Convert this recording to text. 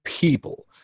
people